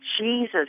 Jesus